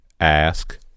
Ask